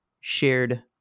shared